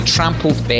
Trampled